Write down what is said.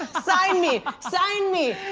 sign me. sign me.